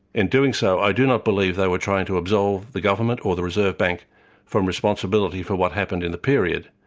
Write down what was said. in doing so, i do not believe they were trying to absolve the government or the reserve bank from responsibility for what happened in the period,